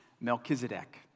Melchizedek